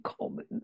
common